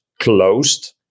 closed